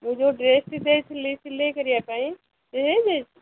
ମୁଁ ଯେଉଁ ଡ୍ରେସ୍ଟି ଦେଇଥିଲି ସିଲେଇ କରିବା ପାଇଁ ସେ ହୋଇଯାଇଛି